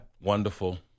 Wonderful